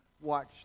watch